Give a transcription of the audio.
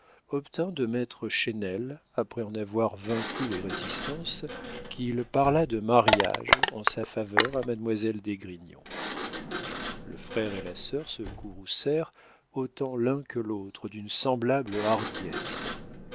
obtint de maître chesnel après en avoir vaincu les résistances qu'il parlât de mariage en sa faveur à mademoiselle d'esgrignon le frère et la sœur se courroucèrent autant l'un que l'autre d'une semblable hardiesse